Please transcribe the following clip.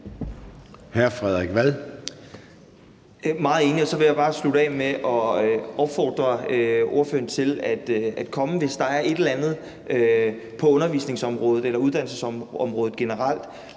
Det er jeg meget enig i, og så vil jeg bare slutte af med at opfordre ordføreren til at komme, hvis der er et eller andet på undervisningsområdet eller uddannelsesområdet generelt,